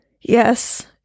Yes